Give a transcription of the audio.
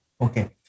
Okay